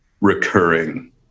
recurring